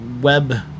web